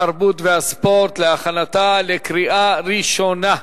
התרבות והספורט להכנתה לקריאה ראשונה.